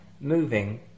moving